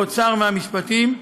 האוצר והמשפטים,